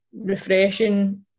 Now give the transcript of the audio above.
refreshing